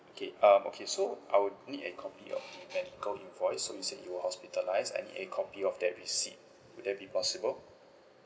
okay um okay so I will need a copy of the medical invoice so you said you were hospitalised I need a copy of that receipt would that be possible